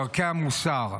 דרכי המוסר.